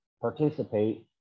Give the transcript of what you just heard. participate